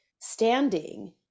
standing